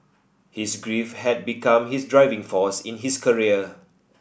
his grief had become his driving force in his career